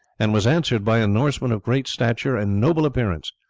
and was answered by a norseman of great stature and noble appearance,